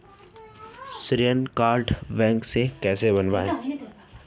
श्रेय card bank से कैसे बनवाएं?